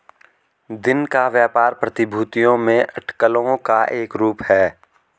दिन का व्यापार प्रतिभूतियों में अटकलों का एक रूप है